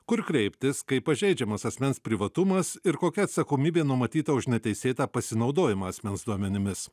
kur kreiptis kai pažeidžiamas asmens privatumas ir kokia atsakomybė numatyta už neteisėtą pasinaudojimą asmens duomenimis